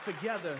Together